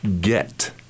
get